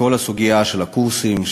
בכל הסוגיה של הקורסים,